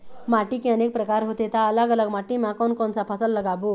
माटी के अनेक प्रकार होथे ता अलग अलग माटी मा कोन कौन सा फसल लगाबो?